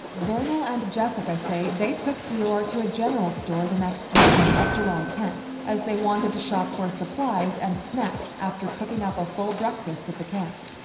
vernal and jessica say they took deorr to a general store the next morning of july tenth as they wanted to shop for supplies and snacks after cooking up a full breakfast at the camp.